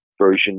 version